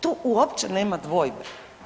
Tu uopće nema dvojbe.